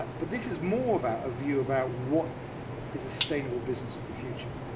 but this is more about a view about what is a sustainable business for the future.